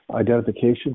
identification